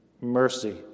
mercy